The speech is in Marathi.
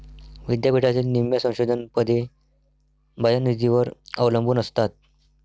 विद्यापीठातील निम्म्या संशोधन पदे बाह्य निधीवर अवलंबून असतात